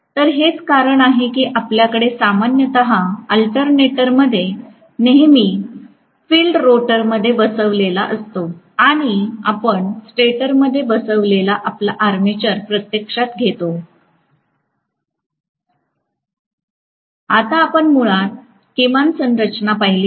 तर हेच कारण आहे की आपल्याकडे सामान्यतः अल्टरनेटरमध्ये नेहमी फील्ड रोटरमध्ये बसवलेला असतो आणि आपण स्टेटरमध्ये बसवलेला आपला आर्मॅचर प्रत्यक्षात घेतो आता आपण मुळात किमान संरचना पाहिली आहे